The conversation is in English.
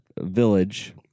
village